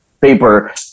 paper